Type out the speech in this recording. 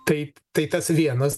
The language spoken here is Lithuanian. taip tai tas vienas